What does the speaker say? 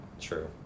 True